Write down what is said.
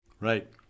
Right